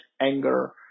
anger